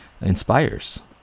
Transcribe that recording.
inspires